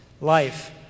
life